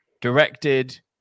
directed